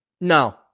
No